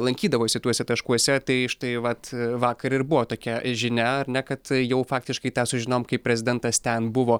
lankydavosi tuose taškuose tai štai vat vakar ir buvo tokia žinia ar ne kad jau faktiškai tą sužinojom kai prezidentas ten buvo